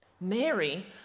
Mary